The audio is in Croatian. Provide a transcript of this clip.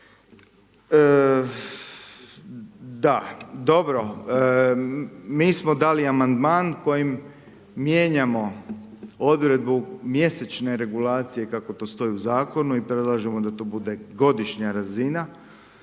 Da, dobro, mi smo dali amandman kojim mijenjamo odredbu mjesečne regulacije kako to stoji u zakonu i predlažemo da to bude godišnja razina.